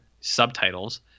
subtitles